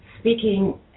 speaking